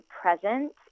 present